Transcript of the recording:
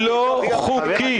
לא חוקית.